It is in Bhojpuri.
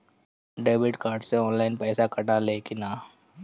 डेबिट कार्ड से ऑनलाइन पैसा कटा ले कि ना?